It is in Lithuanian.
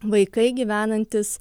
vaikai gyvenantys